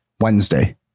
Wednesday